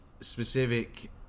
specific